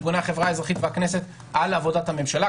ארגוני החברה האזרחית והכנסת על עבודת הממשלה.